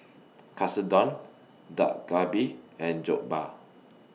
Katsudon Dak Galbi and Jokbal